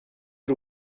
y’u